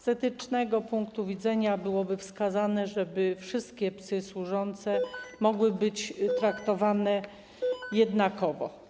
Z etycznego punktu widzenia byłoby wskazane, żeby wszystkie psy służące mogły być traktowane jednakowo.